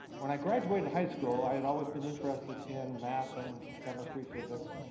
when i graduated high school, i had always been interested in math and chemistry, physics.